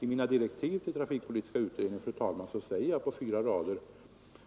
I mina direktiv till trafikpolitiska utredningen säger jag bl.a. följande: